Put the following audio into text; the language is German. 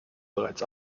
bereits